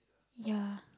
ya